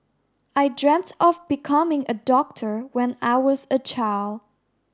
I dreamt of becoming a doctor when I was a child